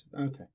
Okay